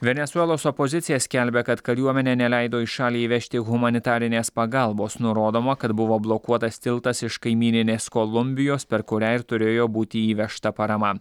venesuelos opozicija skelbia kad kariuomenė neleido į šalį įvežti humanitarinės pagalbos nurodoma kad buvo blokuotas tiltas iš kaimyninės kolumbijos per kurią ir turėjo būti įvežta parama